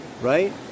right